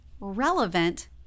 relevant